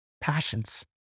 passions